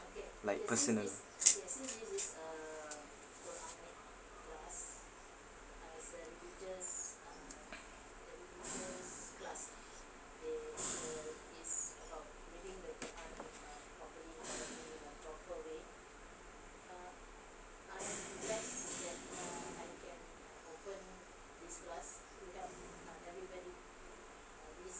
like persona